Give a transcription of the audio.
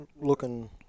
looking